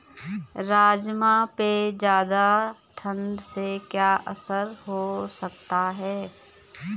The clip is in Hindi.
राजमा पे ज़्यादा ठण्ड से क्या असर हो सकता है?